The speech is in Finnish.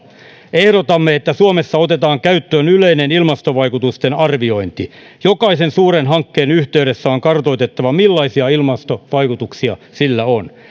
ehdotamme että suomessa otetaan käyttöön yleinen ilmastovaikutusten arviointi jokaisen suuren hankkeen yhteydessä on kartoitettava millaisia ilmastovaikutuksia sillä on